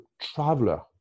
traveler